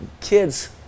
kids